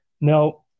Now